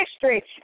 history